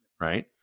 right